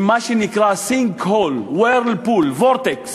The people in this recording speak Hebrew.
הם מה שנקרא sinkhole, whirlpool, vortex,